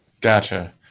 Gotcha